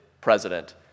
president